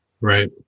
Right